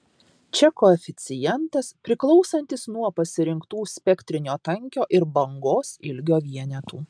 čia koeficientas priklausantis nuo pasirinktų spektrinio tankio ir bangos ilgio vienetų